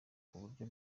kuburyo